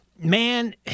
man